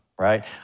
right